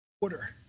order